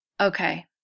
okay